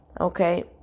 Okay